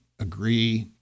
agree